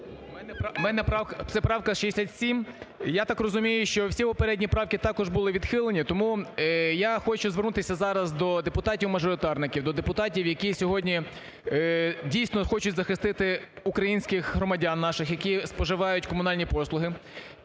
В мене… Це правка 67. Я так розумію, що всі попередні правки також були відхилені. Тому я хочу звернутися зараз до депутатів мажоритарників, до депутатів, які сьогодні дійсно хочуть захистити українських громадян наших, які споживають комунальні послуги